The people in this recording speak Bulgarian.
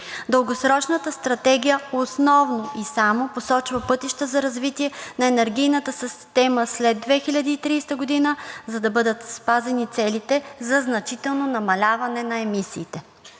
Дългосрочната стратегия основно и само посочва пътищата за развитие на енергийната система след 2030 г., за да бъдат спазени целите за значително намаляване на емисиите.